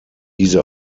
diese